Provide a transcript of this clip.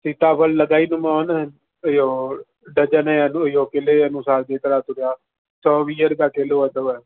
सीताफल लॻाईंदोमांव न इहो डज़न जो अघु किले जे अनुसार जेतिरा तुरिया सौ वीह रुपिया किलो अथव